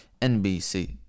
NBC